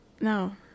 No